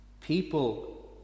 People